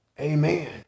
amen